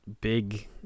big